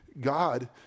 God